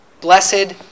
Blessed